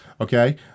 okay